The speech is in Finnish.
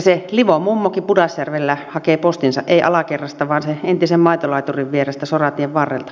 se livon mummokin pudasjärvellä hakee postinsa ei alakerrasta vaan sen entisen maitolaiturin vierestä soratien varrelta